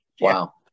Wow